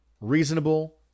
reasonable